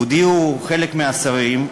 הודיעו חלק מהשרים,